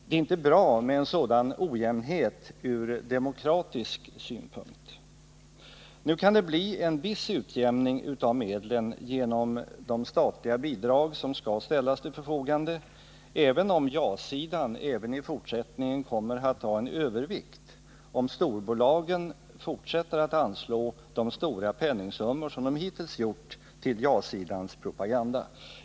Det är ur demokratisk synvinkel inte bra med en sådan ojämnhet. Nu kan det genom de statliga bidrag som skall ställas till förfogande bli en viss utjämning när det gäller medlen, även om ja-sidan också i fortsättningen kommer att ha en övervikt, om storbolagen fortsätter att anslå de stora penningsummor som de hittills gjort till ja-sidans propaganda.